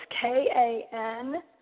K-A-N